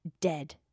dead